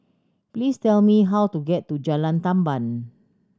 please tell me how to get to Jalan Tamban